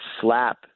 slap